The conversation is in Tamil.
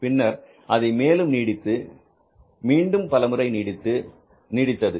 பின்னர் அதை மேலும் நீடித்தது பின்னர் மீண்டும் பலமுறை நீடித்தது